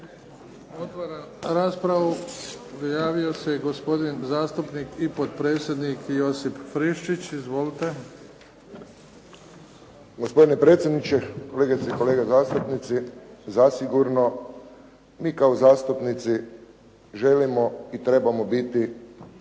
Otvaram raspravu. Prijavio se gospodin zastupnik i potpredsjednik Josip Friščić. Izvolite. **Friščić, Josip (HSS)** Gospodine predsjedniče, kolegice i kolege zastupnici. Zasigurno mi kao zastupnici želimo i trebamo biti